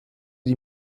die